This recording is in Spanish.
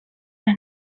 los